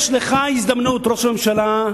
יש לך הזדמנות, ראש הממשלה,